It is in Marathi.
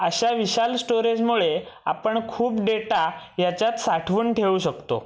अशा विशाल स्टोरेजमुळे आपण खूप डेटा याच्यात साठवून ठेवू शकतो